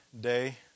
day